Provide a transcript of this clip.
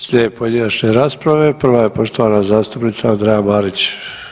Slijede pojedinačne rasprave, prva je poštovana zastupnica Andreja Marić.